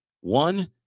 One